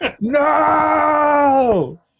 No